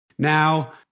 Now